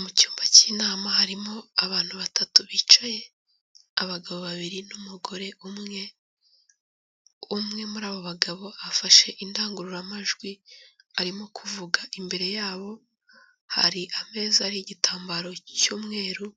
Mu cyumba cy'inama harimo abantu batatu bicaye, abagabo babiri n'umugore umwe, umwe muri abo bagabo afashe indangururamajwi arimo kuvuga. Imbere yabo hari ameza ariho igitambaro cy'umweru